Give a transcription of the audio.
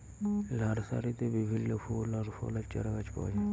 লার্সারিতে বিভিল্য ফুল আর ফলের চারাগাছ পাওয়া যায়